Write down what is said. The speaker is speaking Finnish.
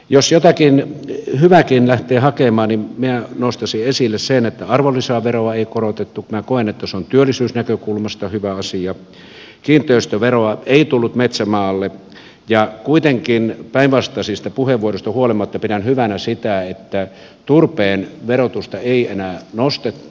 jos jotakin hyvääkin lähtee hakemaan minä nostaisin esille sen että arvonlisäveroa ei korotettu koen että se on työllisyysnäkökulmasta hyvä asia kiinteistöveroa ei tullut metsämaalle ja kuitenkin päinvastaisista puheenvuoroista huolimatta pidän hyvänä sitä että turpeen verotusta ei enää nostettu